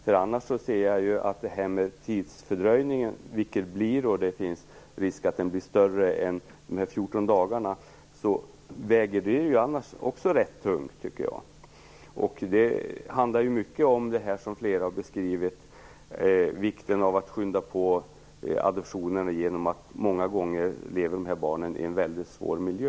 Det finns en risk att det blir fråga om mer än 14 dagar. Tidsfördröjningen väger tungt i sammanhanget. Det handlar ju om att skynda på adoptionen eftersom barnen ofta lever i en svår miljö.